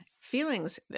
Feelings